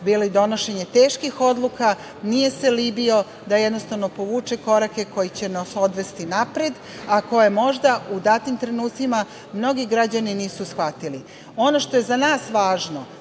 bilo donošenje teških odluka, nije se libio da jednostavno povuče korake koji će nas odvesti napred, a koje možda u datim trenucima mnogi građani nisu shvatili. Ono što je za nas važno